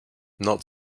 not